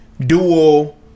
dual